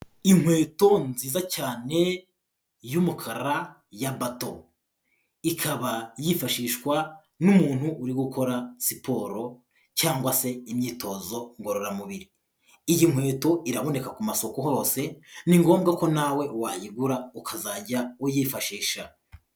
Inkweto ni nziza cyane y'umukara ya bato. Ikaba yifashishwa n'umuntu uri gukora siporo cyangwa se imyitozo ngororamubiri. Iyi nkweto iraboneka ku masoko hose ni ngombwa ko nawe wayigura ukazajya uyifashisha.